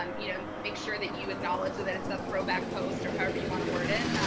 um you know make sure that you acknowledge that it's a throwback post or however you want to word it,